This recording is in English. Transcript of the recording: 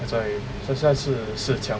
现在现在是四强